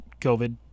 COVID